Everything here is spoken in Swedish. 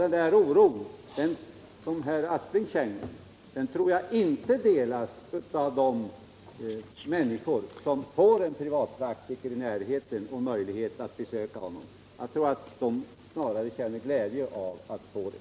Den där oron, som herr Aspling känner, tror jag inte delas av de människor som får en privatpraktiker i närheten och möjlighet att besöka honom. Jag tror att de snarare känner glädje över det.